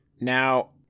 Now